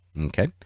okay